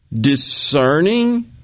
discerning